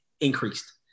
increased